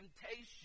temptation